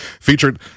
featured